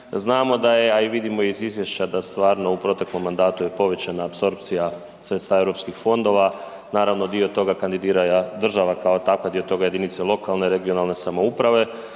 Znamo da je, a i vidimo iz izvješća da stvarno u proteklom mandatu je povećana apsorpcija sredstava EU fondova. Naravno, dio toga .../Govornik se ne razumije./... država kao takva, dio toga jedinice lokalne i regionalne samouprave.